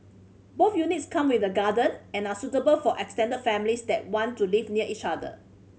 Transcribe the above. both units come with a garden and are suitable for extended families that want to live near each other